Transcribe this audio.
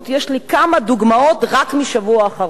יש לי כמה דוגמאות רק מהשבוע האחרון.